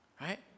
Right